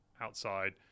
outside